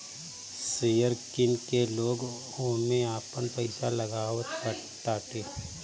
share किन के लोग ओमे आपन पईसा लगावताटे